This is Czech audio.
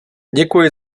děkuji